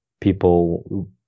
people